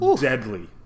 deadly